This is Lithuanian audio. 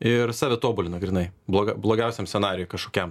ir save tobulina grynai bloga blogiausiam scenarijui kažkokiam